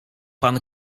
pan